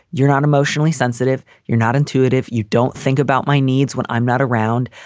you're not emotionally sensitive, you're not intuitive. you don't think about my needs when i'm not around.